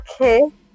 Okay